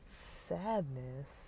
sadness